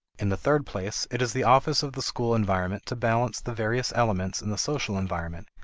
in the third place, it is the office of the school environment to balance the various elements in the social environment,